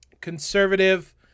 conservative